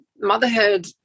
motherhood